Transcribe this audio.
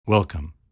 Welcome